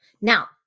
Now